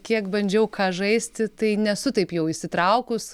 kiek bandžiau ką žaisti tai nesu taip jau įsitraukus